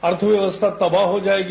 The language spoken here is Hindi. अर्थव्यवस्था तबा हो जाएगी